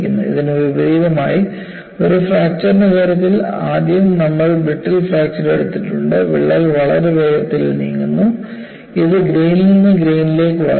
ഇതിനു വിപരീതമായി ഒരു ഫ്രാക്ചർന്റെ കാര്യത്തിൽ ആദ്യം നമ്മൾ ബ്രിട്ടിൽ ഫ്രാക്ചർ എടുത്തിട്ടുണ്ട് വിള്ളൽ വളരെ വേഗത്തിൽ നീങ്ങുന്നു അത് ഗ്രേനിൽ നിന്ന് ഗ്രേനിലേക്ക് വളരുന്നു